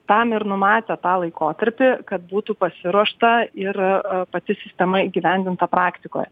tam ir numatė tą laikotarpį kad būtų pasiruošta ir pati sistema įgyvendinta praktikoje